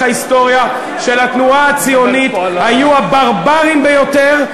ההיסטוריה של התנועה הציונית היו הברברים ביותר.